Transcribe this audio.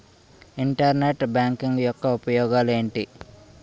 Internet banking యెక్క ఉపయోగాలు ఎంటి?